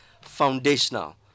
foundational